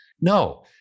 No